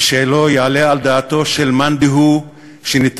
ושלא יעלה על דעתו של מאן דהוא שניתן